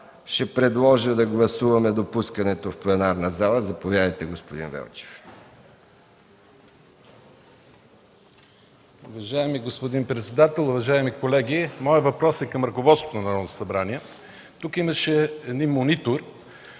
господин председател, уважаеми колеги! Моят въпрос е към ръководството на Народното събрание. Тук имаше един монитор